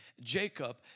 Jacob